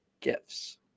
gifts